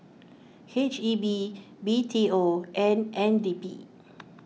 H E B B T O and N D P